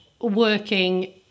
working